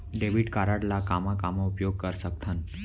Debit card ला कामा कामा उपयोग कर सकथन?